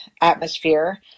atmosphere